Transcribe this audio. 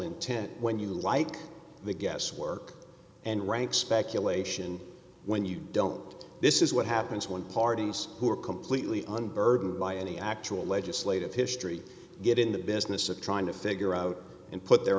intent when you like the guesswork and rank speculation when you don't this is what happens when parties who are completely unburdened by any actual legislative history get in the business of trying to figure out and put their